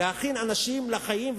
להכין אנשים לחיים,